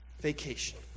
vacation